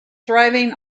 thriving